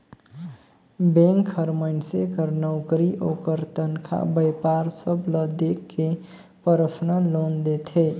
bank हर मइनसे कर नउकरी, ओकर तनखा, बयपार सब ल देख के परसनल लोन देथे